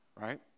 right